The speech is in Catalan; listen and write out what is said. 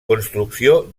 construcció